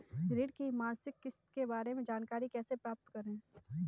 ऋण की मासिक किस्त के बारे में जानकारी कैसे प्राप्त करें?